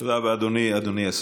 תודה רבה, אדוני.